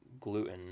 gluten